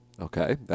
Okay